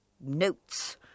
notes